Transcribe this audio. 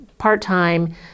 part-time